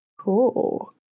Cool